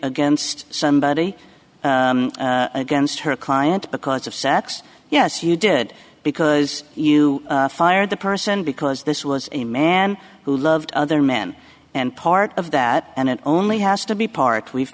against somebody against her client because of sex yes you did because you fired the person because this was a man who loved other men and part of that and it only has to be part we've